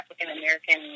African-American